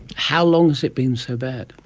how long has it been so bad?